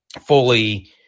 fully